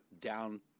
down